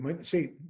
see